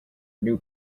new